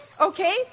Okay